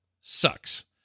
sucks